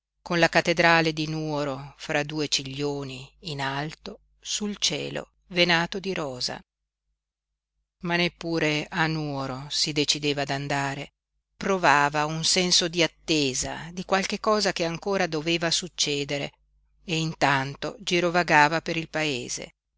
con la cattedrale di nuoro fra due ciglioni in alto sul cielo venato di rosa ma neppure a nuoro si decideva ad andare provava un senso di attesa di qualche cosa che ancora doveva succedere e intanto girovagava per il paese